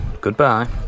goodbye